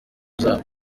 zabo